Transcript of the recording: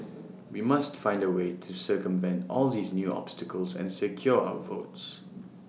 we must find A way to circumvent all these new obstacles and secure our votes